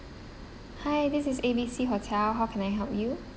hi this is A B C hotel how can I help you